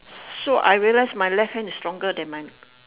so I realize my left hand is stronger than my